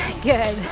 Good